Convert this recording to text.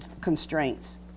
constraints